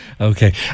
okay